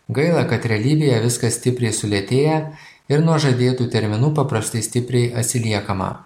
gaila kad realybėje viskas stipriai sulėtėja ir nuo žadėtų terminų paprastai stipriai atsiliekama